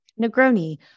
Negroni